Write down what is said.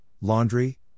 laundry